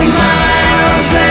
miles